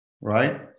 right